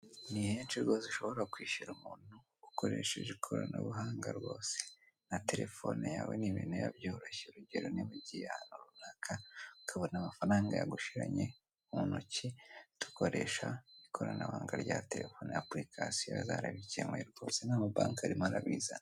Ni henshi rwose ushobora kwishyura umuntu ukoresheje ikoranabuhanga rwose na telefone yawe ni ibintu biba byoroshye, urugero niba ugiye ahantu runaka ukabona amafaranga yagushiranye mu ntoki, uhita ukoresha ikoranabuhanga rya telefone na apulikasiyo zarabikemuye rwose n'amabanki arimo arabizana.